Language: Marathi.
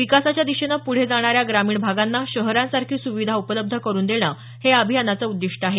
विकासाच्या दिशेनं पुढे जाणाऱ्या ग्रमीण भागांना शहरांसारखी सुविधा उपलब्ध करुन देणं हे या अभियानाचं उद्दीष्ट आहे